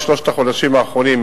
בשלושת החודשים האחרונים,